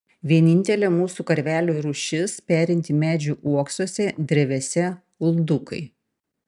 vienintelė mūsų karvelių rūšis perinti medžių uoksuose drevėse uldukai